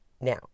Now